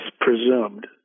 presumed